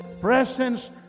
presence